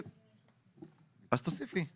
אז תוסיפי.